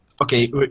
Okay